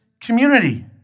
community